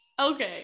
okay